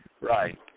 right